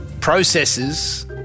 processes